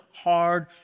hard